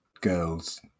Girls